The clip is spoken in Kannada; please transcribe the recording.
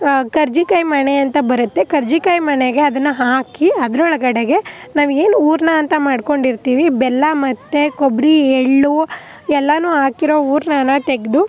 ಕರ್ಜಿಕಾಯಿ ಮಣೆ ಅಂತ ಬರುತ್ತೆ ಕರ್ಜಿಕಾಯಿ ಮಣೆಗೆ ಅದನ್ನು ಹಾಕಿ ಅದರೊಳಗಡೆಗೆ ನಾವು ಏನು ಹೂರಣ ಅಂತ ಮಾಡ್ಕೊಂಡಿರ್ತೀವಿ ಬೆಲ್ಲ ಮತ್ತೆ ಕೊಬ್ಬರಿ ಎಳ್ಳು ಎಲ್ಲನೂ ಹಾಕಿರೋ ಹೂರಣನ ತೆಗೆದು